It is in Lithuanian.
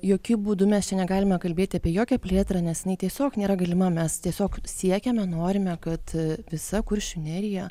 jokiu būdu mes čia negalime kalbėti apie jokią plėtrą nes jinai tiesiog nėra galima mes tiesiog siekiame norime kad visa kuršių nerija